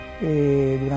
durante